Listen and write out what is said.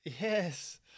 Yes